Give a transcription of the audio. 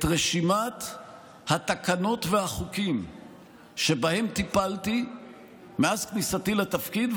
את רשימת התקנות והחוקים שבהם טיפלתי מאז כניסתי לתפקיד,